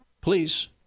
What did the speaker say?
Please